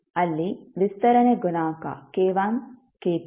ಅಲ್ಲಿ ವಿಸ್ತರಣೆ ಗುಣಾಂಕ k1 k2